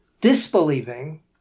disbelieving